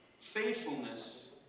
Faithfulness